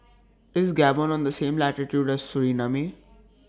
IS Gabon on The same latitude as Suriname